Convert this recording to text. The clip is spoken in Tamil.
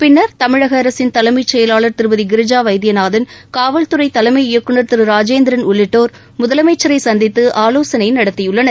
பின்னர் தமிழக அரசின் தலைமை செயவாளர் திருமதி கிரிஜா வைத்தியநாதன் காவல்துறை தலைமை இயக்குனர் திரு ராஜேந்திரன் உள்ளிட்டோர் முதலமைச்சரை சந்தித்து ஆவோசனை நடத்தியுள்ளனர்